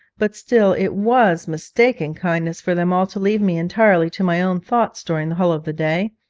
but still it was mistaken kindness for them all to leave me entirely to my own thoughts during the whole of the day,